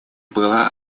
было